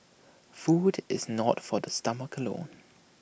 food is not for the stomach alone